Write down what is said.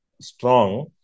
strong